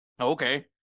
okay